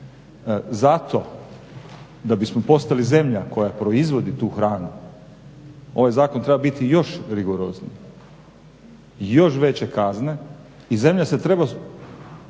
Zato da bismo postali zemlja koja proizvodi tu hranu ovaj zakon treba biti još rigorozniji, još veće kazne i zemlja se treba